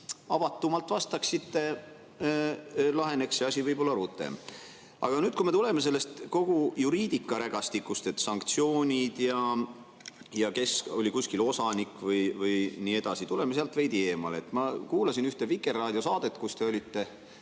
avatumalt vastaksite, laheneks see asi võib-olla rutem. Aga tuleme kogu sellest juriidikarägastikust, et sanktsioonid ja kes oli kuskil osanik ja nii edasi, veidi eemale. Ma kuulasin ühte Vikerraadio saadet, kus te olite,